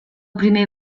primer